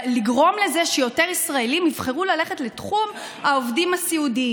לגרום לזה שיותר ישראלים יבחרו ללכת לתחום עובדי הסיעוד.